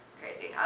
crazy